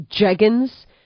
Jeggins